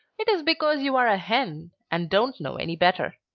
it is because you are a hen and don't know any better.